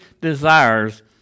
desires